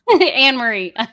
Anne-Marie